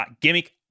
gimmick